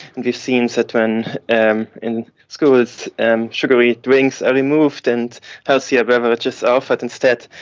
we've seen that when and in schools and sugary drinks are removed and healthier beverages are offered instead,